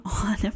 on